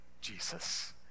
Jesus